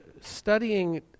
studying